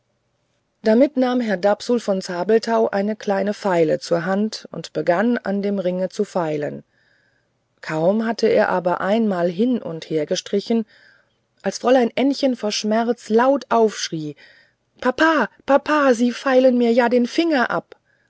damit nahm herr dapsul von zabelthau eine kleine feile zur hand und begann an dem ringe zu feilen kaum hatte er aber einigemal hin und her gestrichen als fräulein ännchen vor schmerz laut aufschrie papa papa sie feilen mir ja den finger ab